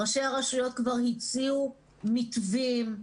ראשי הרשויות כבר הציעו מתווים.